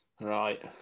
Right